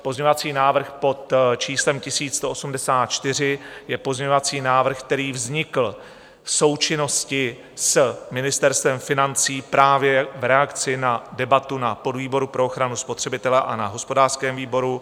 Pozměňovací návrh pod číslem 1184 je pozměňovací návrh, který vznikl v součinnosti s Ministerstvem financí právě v reakci na debatu na podvýboru pro ochranu spotřebitele a na hospodářském výboru.